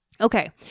Okay